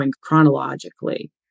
chronologically